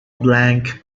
blank